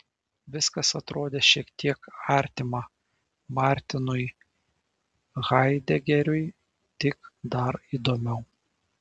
viskas atrodė šiek tiek artima martinui haidegeriui tik dar įdomiau